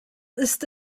ist